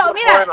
mira